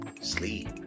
Sleep